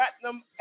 Platinum